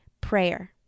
Prayer